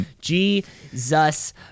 Jesus